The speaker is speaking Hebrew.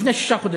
לפני שישה חודשים.